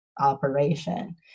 operation